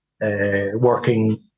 working